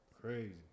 crazy